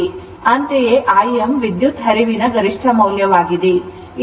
ಅಂತೆಯೇ Im ವಿದ್ಯುತ್ ಹರಿವಿನ ಗರಿಷ್ಠ ಮೌಲ್ಯವಾಗಿದೆ